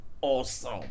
awesome